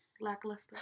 lackluster